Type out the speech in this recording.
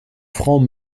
franc